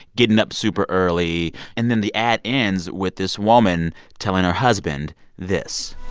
getting up super early. and then the ad ends with this woman telling her husband this.